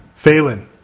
Phelan